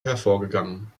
hervorgegangen